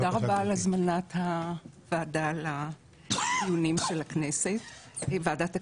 תודה רבה על הזמנת הוועדה לדיונים של ועדת הכנסת.